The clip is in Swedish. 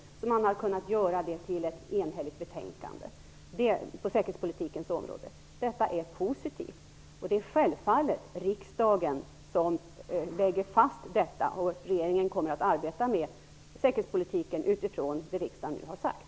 Man har därför kunnat komma fram till ett enhälligt betänkande på säkerhetspolitikens område. Detta är positivt. Självfallet är det riksdagen som lägger fast säkerhetspolitiken, och regeringen kommer att arbeta utifrån vad riksdagen nu har sagt.